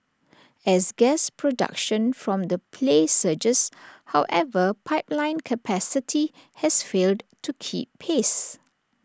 as gas production from the play surges however pipeline capacity has failed to keep pace